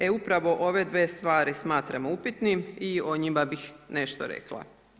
E, upravo ove dvije stvari smatramo upitnim i o njima bih nešto rekla.